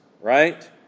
right